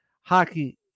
hockey